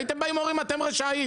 הייתם באים ואומרים אתם רשעים.